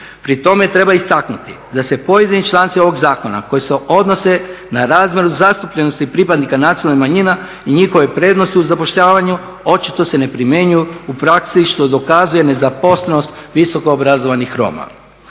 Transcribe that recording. Pri tome treba istaknuti da se pojedini članci ovog zakona koji se odnose na razmjernu zastupljenosti pripadnika nacionalnih manjina i njihove prednosti u zapošljavanju očito se ne primjenjuju u praksi što dokazuje nezaposlenost visoko obrazovanih Roma.